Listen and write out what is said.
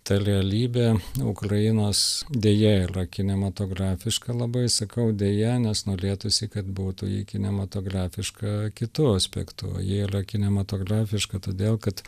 ta realybė ukrainos deja ir yra kinematografiška labai sakau deja nes norėtųsi kad būtų ji kinematografiška kitu aspektu ji yra kinematografiška todėl kad